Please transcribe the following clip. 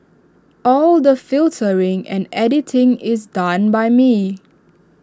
all the filtering and editing is done by me